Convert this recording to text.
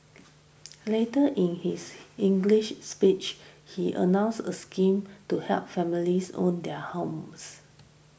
later in his English speech he announced a scheme to help families own their homes